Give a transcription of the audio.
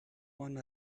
one